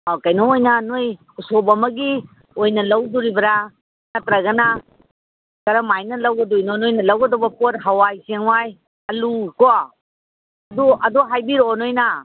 ꯑꯥ ꯀꯩꯅꯣ ꯑꯣꯏꯅ ꯅꯈꯣꯏ ꯎꯁꯣꯞ ꯑꯃꯒꯤ ꯑꯣꯏꯅ ꯂꯧꯒꯗꯣꯔꯤꯕ꯭ꯔꯥ ꯅꯠꯇ꯭ꯔꯒꯅ ꯀꯔꯝ ꯍꯥꯏꯅ ꯂꯧꯒꯗꯣꯏꯅꯣ ꯅꯈꯣꯏꯅ ꯂꯧꯒꯗꯕ ꯄꯣꯠ ꯍꯥꯋꯥꯏ ꯆꯦꯡꯋꯥꯏ ꯑꯥꯂꯨꯀꯣ ꯑꯗꯨ ꯍꯥꯏꯕꯤꯔꯛꯑꯣ ꯅꯈꯣꯏꯅ